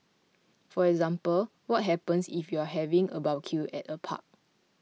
for example what happens if you're having a barbecue at a park